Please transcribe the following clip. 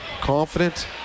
confident